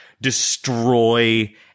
destroy